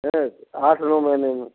हैं आठ नौ महीने में